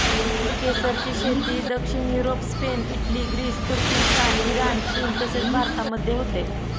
केसरची शेती दक्षिण युरोप, स्पेन, इटली, ग्रीस, तुर्किस्तान, इराण, चीन तसेच भारतामध्ये होते